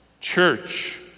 church